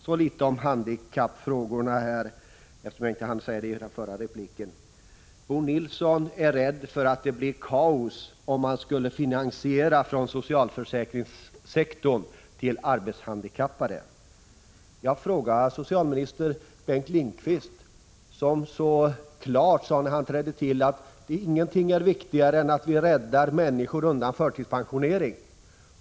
Så litet om handikappfrågorna, eftersom jag inte hann med dem i den förra repliken: Bo Nilsson är rädd för att det blir kaos om vi skall finansiera åtgärder för arbetshandikappade från socialförsäkringssektorn. Men fråga då biträdande socialminister Bengt Lindqvist, som när han trädde till klart sade: Ingenting är viktigare än att rädda människor undan förtidspensionering!